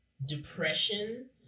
Depression